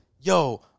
yo